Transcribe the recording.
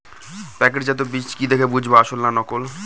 প্যাকেটজাত বীজ কি দেখে বুঝব আসল না নকল?